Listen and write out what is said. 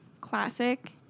classic